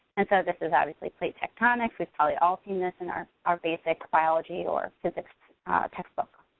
and so this is obviously plate tectonics, we've probably all seen this in our our basic biology or physics textbook.